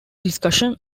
discussion